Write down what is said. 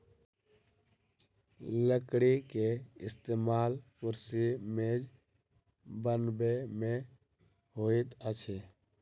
लकड़ी के इस्तेमाल कुर्सी मेज बनबै में होइत अछि